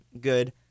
good